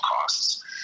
costs